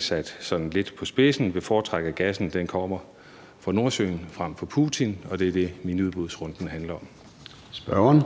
Sådan sat lidt på spidsen vil jeg og regeringen foretrække, at gassen kommer fra Nordsøen frem for fra Putin, og det er det, miniudbudsrunden handler om. Kl.